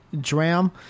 Dram